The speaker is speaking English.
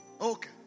Okay